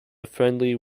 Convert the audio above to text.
friendly